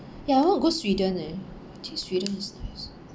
ya I want to go sweden eh actaully sweden is nice